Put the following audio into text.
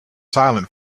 silent